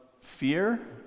fear